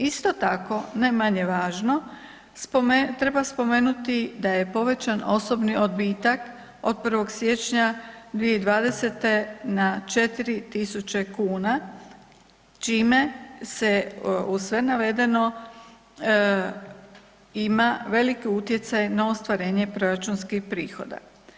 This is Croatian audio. Isto tako, ne manje važno, treba spomenuti da je povećan osobni odbitak od 1. siječnja 2020. na 4.000 kuna čime se uz sve navedeno ima velik utjecaj na ostvarenje proračunskih prihoda.